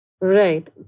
Right